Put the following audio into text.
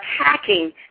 attacking